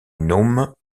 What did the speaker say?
nome